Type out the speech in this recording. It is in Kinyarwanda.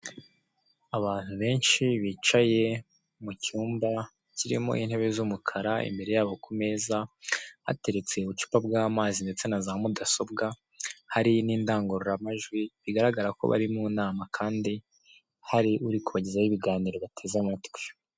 Abantu benshi bicaye mucyumba kirimo intebe z'umukara, imbere yabo kumeza hateretse ubucupa bw'amazi ndetse na za mudasobwa, hari n'indangururamajwi, bigaragara ko bari munama kandi hari uri kubagezaho ibiganiro bateze amatwi.